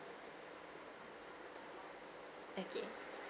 okay